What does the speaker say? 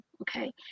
Okay